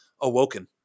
awoken